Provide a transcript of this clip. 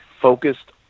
focused